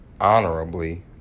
honorably